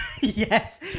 Yes